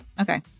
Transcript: Okay